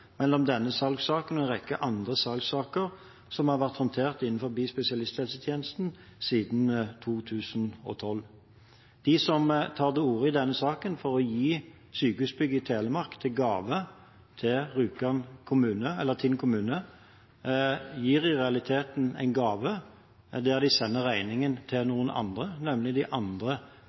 mellom denne salgssaken og en rekke andre salgssaker som har vært håndtert innenfor spesialisthelsetjenesten siden 2012. De som i denne saken tar til orde for å gi sykehusbygget på Rjukan i gave til Tinn kommune, gir i realiteten en gave der de sender regningen til noen andre, nemlig til de andre